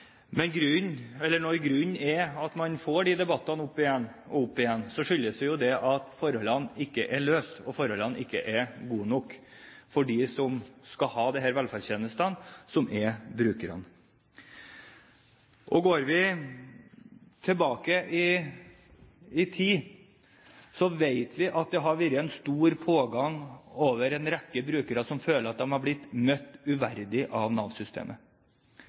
Når man får de debattene opp igjen og opp igjen, skyldes jo det at forholdene ikke er løst, og at forholdene ikke er gode nok for dem som skal ha disse velferdstjenestene, som er brukerne. Går vi tilbake i tid, vet vi at det har vært stor pågang av en rekke brukere som føler at de har blitt møtt